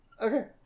Okay